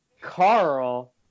Carl